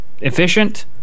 efficient